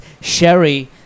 Sherry